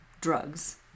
drugs